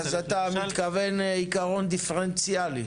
אז אתה מתכוון עיקרון דיפרנציאלי?